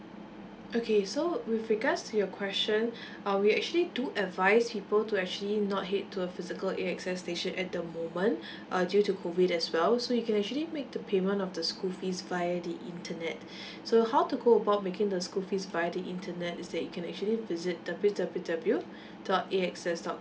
okay so with regards to your question uh we actually do advise people to actually not head to a physical A_X_S station at the moment uh due to COVID as well so you can actually make the payment of the school fees via the internet so how to go about making the school fees via the internet is that you can actually visit W W W dot A X S dot